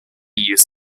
used